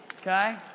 Okay